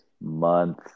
Month